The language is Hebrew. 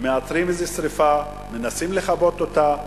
מאתרים איזה שרפה, מנסים לכבות אותה,